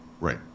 Right